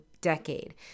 decade